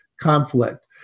conflict